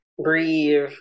breathe